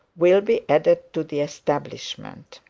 will be added to the establishment.